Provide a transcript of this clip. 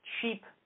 cheap